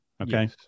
okay